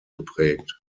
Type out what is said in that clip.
geprägt